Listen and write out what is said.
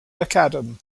mcadam